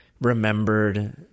remembered